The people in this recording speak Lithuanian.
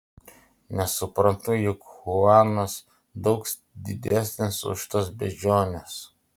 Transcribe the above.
nesuprantu juk chuanas daug didesnis už tas beždžiones